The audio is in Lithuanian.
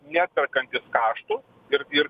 neatperkantis kaštų ir ir